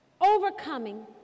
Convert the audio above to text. overcoming